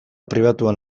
pribatuan